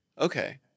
Okay